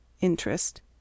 Interest